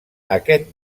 aquest